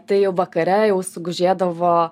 tai vakare jau sugužėdavo